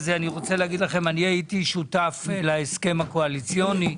אני הייתי שותף להסכם הקואליציוני.